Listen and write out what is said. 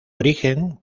origen